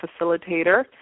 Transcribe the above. facilitator